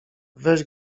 weź